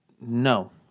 no